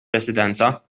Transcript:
residenza